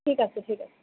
ঠিক আছে ঠিক আছে